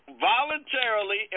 voluntarily